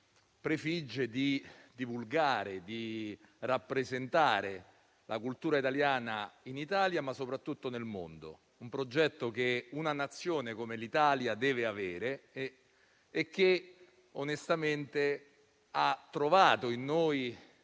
prefigge di divulgare e rappresentare la cultura italiana in Italia e soprattutto nel mondo; un progetto che una Nazione come l'Italia deve avere e che onestamente ha trovato in noi